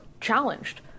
challenged